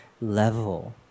level